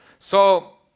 so.